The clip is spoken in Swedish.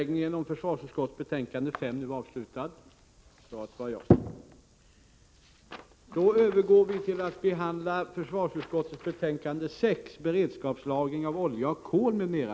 Kammaren övergår nu till att debattera försvarsutskottets betänkande 6 om beredskapslagring av olja och kol m.m.